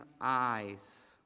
eyes